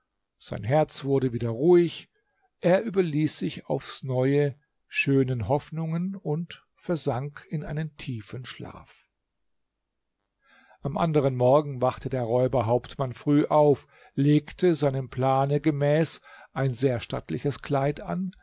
sein herz wurde wieder ruhig er überließ sich aufs neue schönen hoffnungen und versank in einen tiefen schlaf am anderen morgen wachte der räuberhauptmann früh auf legte seinem plane gemäß ein sehr stattliches kleid an